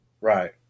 Right